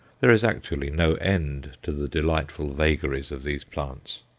there is actually no end to the delightful vagaries of these plants.